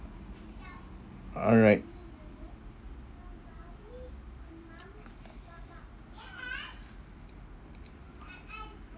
alright